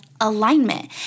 alignment